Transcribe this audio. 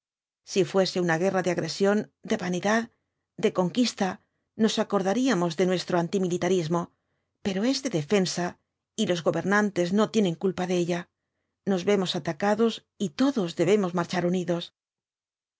si fuese una guerra de agresión de vanidad de conquista nos acordaríamos de nuestro